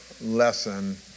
lesson